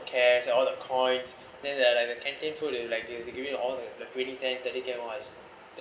cash and all the coins then there are like the canteen food you like do you have to give me all the like thirty cent and came out as